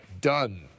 Done